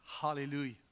Hallelujah